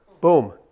boom